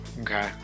Okay